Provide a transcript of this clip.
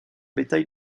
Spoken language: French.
bétail